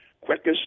quickest